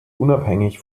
unabhängig